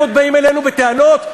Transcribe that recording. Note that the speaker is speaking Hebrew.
ויש אצלנו דלתיים סגורות,